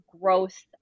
growth